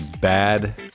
bad